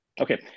okay